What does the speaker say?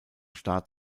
staat